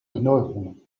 erneuerung